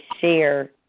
share